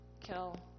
kill